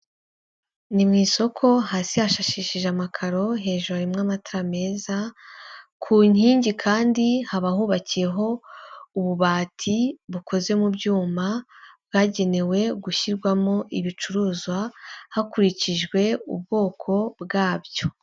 Ni mu isoko hasi hashashishije amakaro hejuru harimo amatara meza, ku nkingi kandi haba hubakiyeho ububati bukoze mu byuma bwagenewe gushyirwamo ibicuruzwa hakurikijwe ubwoko bwabyo.